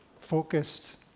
focused